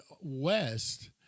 west